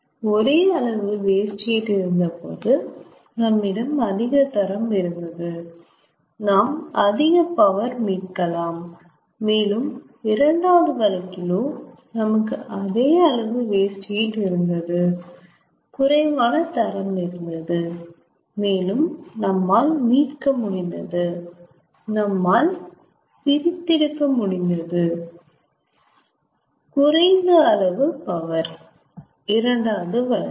ஒரே அளவு waste heat இருந்தபோது நம்மிடம் அதிக தரம் இருந்தது நாம் அதிக பவர் மீட்கலாம் மேலும் இரண்டாவது வழக்கிலோ நமக்கு அதே அளவு வேஸ்ட் ஹீட் இருந்தது குறைவான தரம் இருந்தது மேலும் நம்மால் மீட்கமுடிந்தது நம்மால் பிரித்தெடுக்க முடிந்தது குறைந்த அளவு பவர் இரண்டாவது வழக்கில்